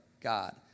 God